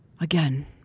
Again